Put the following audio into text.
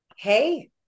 Hey